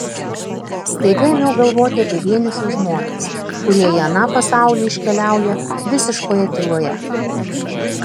staiga ėmiau galvoti apie vienišus žmones kurie į aną pasaulį iškeliauja visiškoje tyloje